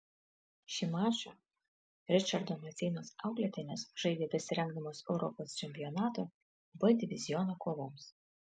šį mačą ričardo maceinos auklėtinės žaidė besirengdamos europos čempionato b diviziono kovoms